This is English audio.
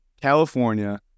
california